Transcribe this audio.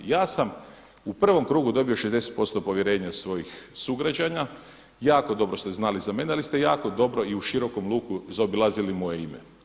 Ja sam u prvom krugu dobio 60% povjerenja svojih sugrađana, jako dobro ste znali za mene ali ste jako dobro i u širokom luku zaobilazili moje ime.